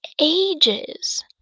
ages